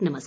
नमस्कार